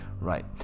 right